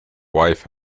wife